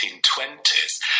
1920s